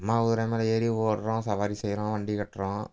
அம்மா குதிரை மேலே ஏறி ஓடுறோம் சவாரி செய்கிறோம் வண்டி கட்டுறோம்